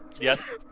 Yes